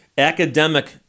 academic